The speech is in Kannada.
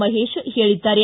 ಮಹೇಶ್ ಹೇಳಿದ್ದಾರೆ